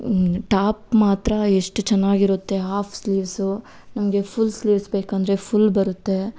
top ಮಾತ್ರ ಎಷ್ಟು ಚೆನ್ನಾಗಿರುತ್ತೆ ಹಾಫ್ ಸ್ಲೀವ್ಸು ನಮಗೆ ಫುಲ್ ಸ್ಲೀವ್ಸ್ ಬೇಕಂದರೆ ಫುಲ್ ಬರುತ್ತೆ